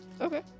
Okay